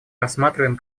рассматриваем